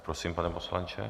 Prosím, pane poslanče.